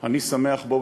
אני שמח בו,